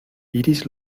iris